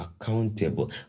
accountable